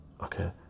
okay